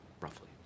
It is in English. roughly